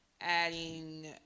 adding